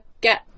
get